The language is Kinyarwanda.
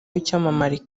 w’icyamamare